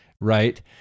right